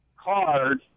card